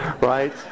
right